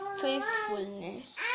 faithfulness